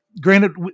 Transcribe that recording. granted